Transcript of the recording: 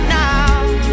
now